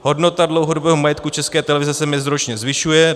Hodnota dlouhodobého majetku České televize se meziročně zvyšuje.